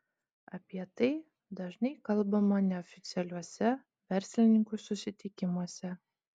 apie tai dažnai kalbama neoficialiuose verslininkų susitikimuose